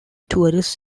tourist